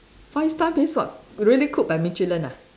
five star means what really cook by Michelin lah